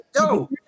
yo